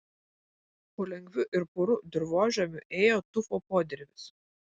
po lengvu ir puriu dirvožemiu ėjo tufo podirvis